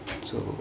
so